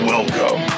Welcome